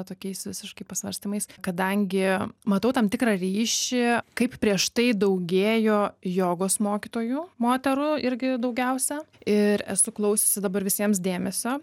tokiais visiškai pasvarstymais kadangi matau tam tikrą ryšį kaip prieš tai daugėjo jogos mokytojų moterų irgi daugiausia ir esu klausiusi dabar visiems dėmesio